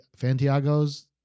Fantiago's